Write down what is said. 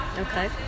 Okay